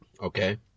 Okay